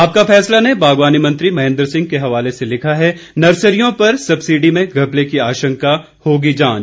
आपका फैसला ने बागवानी मंत्री महेंद्र सिंह के हवाले से लिखा है नर्सरियों पर सबसिडी में घपले की आशंका होगी जांच